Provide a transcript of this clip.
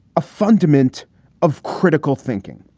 a fundament of critical thinking.